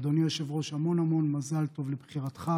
אדוני היושב-ראש, המון המון מזל טוב על בחירתך.